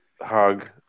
hug